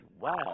wow